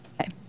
Okay